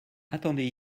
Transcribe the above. attendez